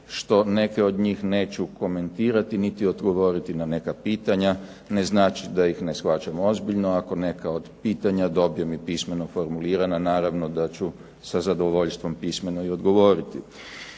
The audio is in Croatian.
što neke od njih neću komentirati niti odgovoriti na neka pitanja ne znači da ih ne shvaćam ozbiljno. Ako neka od pitanja dobijem i pismeno formulirana naravno da ću sa zadovoljstvom pismeno i odgovoriti.